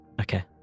Okay